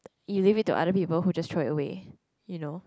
you leave it to other people who just throw it away you know